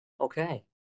Okay